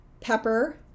pepper